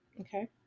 Okay